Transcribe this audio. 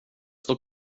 står